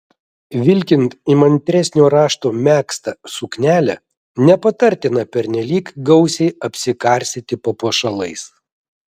vilkint įmantresnio rašto megztą suknelę nepatartina pernelyg gausiai apsikarstyti papuošalais